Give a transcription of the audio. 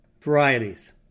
varieties